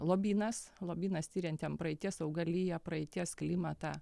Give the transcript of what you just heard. lobynas lobynas tiriantiem praeities augaliją praeities klimatą